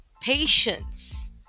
patience